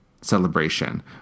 celebration